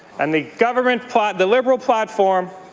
and the government the liberal platform